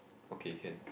okay can